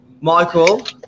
Michael